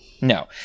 No